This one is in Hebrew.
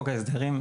בחוק ההסדרים,